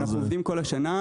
אנחנו עובדים כל השנה,